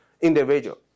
individual